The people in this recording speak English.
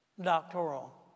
doctoral